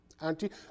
Auntie